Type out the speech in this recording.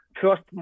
first